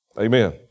Amen